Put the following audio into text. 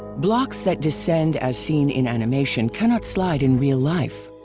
blocks that descend as seen in animations cannot slide in real life.